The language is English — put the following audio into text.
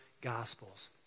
Gospels